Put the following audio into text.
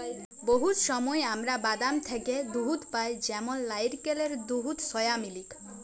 বহুত সময় আমরা বাদাম থ্যাকে দুহুদ পাই যেমল লাইরকেলের দুহুদ, সয়ামিলিক